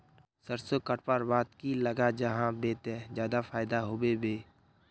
सरसों कटवार बाद की लगा जाहा बे ते ज्यादा फायदा होबे बे?